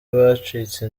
bacitse